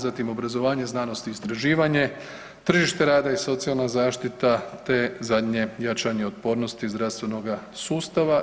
Zatim, obrazovanje, znanost i istraživanje, tržište rada i socijalna zaštita, te zadnje jačanje otpornosti zdravstvenoga sustava.